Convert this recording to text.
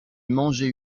manger